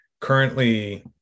currently